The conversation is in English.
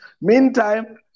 Meantime